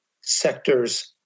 sectors